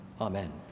Amen